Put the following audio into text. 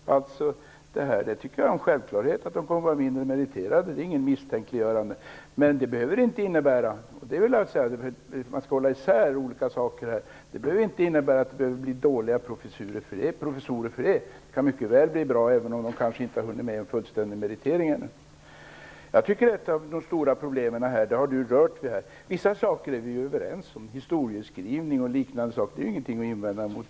Jag tycker att det är en självklarhet att de kommer att vara mindre meriterade. Det handlar inte om något misstänkliggörande. Man skall hålla isär olika saker här. Detta behöver inte innebära att det blir dåliga professorer. Det kan mycket väl bli bra även om de kanske inte har hunnit med en fullständig meritering ännu. Majléne Westerlund Panke har redan berört ett av de stora problemen här. Vissa saker är vi ju överens om, t.ex. historieskrivning osv. Det har vi ingenting att invända mot.